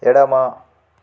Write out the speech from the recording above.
ఎడమ